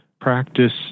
practice